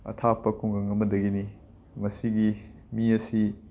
ꯑꯊꯥꯞꯄ ꯈꯨꯡꯒꯪ ꯑꯃꯗꯒꯤꯅꯤ ꯃꯁꯤꯒꯤ ꯃꯤ ꯑꯁꯤ